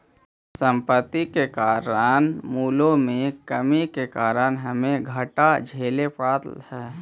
संपत्ति के मूल्यों में कमी के कारण हमे घाटा झेले पड़लइ हल